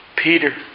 Peter